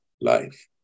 life